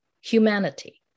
humanity